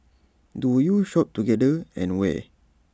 do you shop together and where